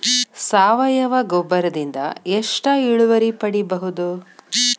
ಸಾವಯವ ಗೊಬ್ಬರದಿಂದ ಎಷ್ಟ ಇಳುವರಿ ಪಡಿಬಹುದ?